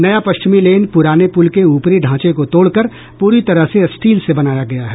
नया पश्चिमी लेन पूराने पूल के ऊपरी ढ़ांचे को तोड़कर पूरी तरह से स्टील से बनाया गया है